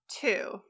two